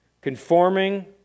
conforming